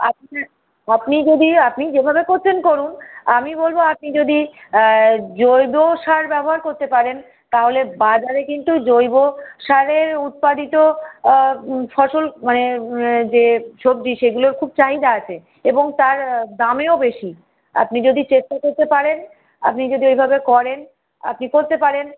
আপনি আপনি যদি আপনি যেভাবে করছেন করুন আমি বলবো আপনি যদি জৈব সার ব্যবহার করতে পারেন তাহলে বাজারে কিন্তু জৈব সারের উৎপাদিত ফসল মানে যে সবজি সেগুলোর খুব চাহিদা আছে এবং তার দামেও বেশি আপনি যদি চেষ্টা করতে পারেন আপনি যদি ওইভাবে করেন আপনি করতে পারেন